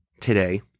today